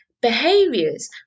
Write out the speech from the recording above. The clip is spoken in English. behaviors